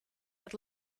had